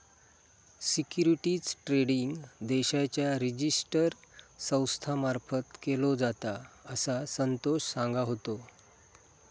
securities trading देशाच्या register संस्था मार्फत केलो जाता, असा संतोष सांगा होतो